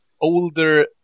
older